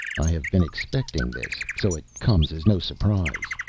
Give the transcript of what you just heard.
i have been expecting this, so it comes as no surprise.